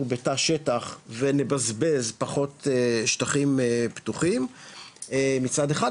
בתא שטח ונבזבז פחות שטחים פתוחים מצד אחד,